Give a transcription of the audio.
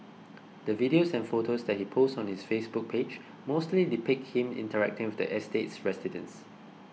the videos and photos that he posts on his Facebook page mostly depict him interacting with the estate's residents